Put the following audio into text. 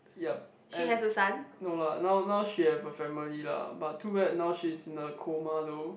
yup and no lah now now she have a family lah but too bad now she's in a coma though